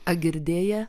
a gidėję